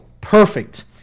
Perfect